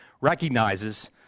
recognizes